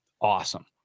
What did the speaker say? awesome